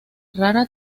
rara